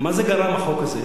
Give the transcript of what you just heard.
למה גרם החוק הזה?